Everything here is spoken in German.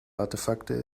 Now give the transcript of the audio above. artefakte